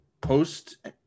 post